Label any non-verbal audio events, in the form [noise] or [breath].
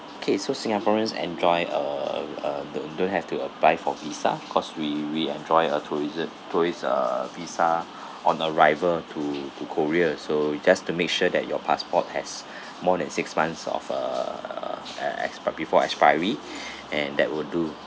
okay so singaporeans enjoy uh uh uh don't don't have to apply for visa cause we we enjoy a tourism tourist uh visa [breath] on arrival to to korea so just to make sure that your passport has [breath] more than six months of uh an expi~ before expiry [breath] and that would do